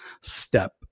step